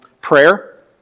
prayer